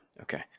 Okay